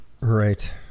Right